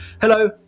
Hello